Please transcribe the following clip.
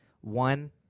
one